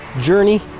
journey